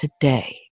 today